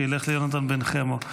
שילך ליונתן בן חמו.